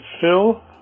Phil